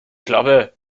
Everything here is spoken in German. klappe